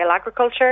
agriculture